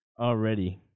Already